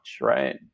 right